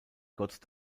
gott